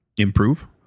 improve